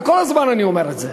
וכל הזמן אני אומר את זה,